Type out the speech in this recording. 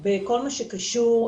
היא נכנסת לתוך